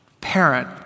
parent